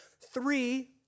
Three